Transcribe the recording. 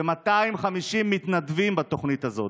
ו-250 מתנדבים בתוכנית הזאת.